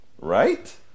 Right